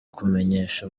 kumenyesha